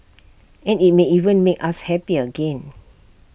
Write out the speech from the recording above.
and IT may even make us happy again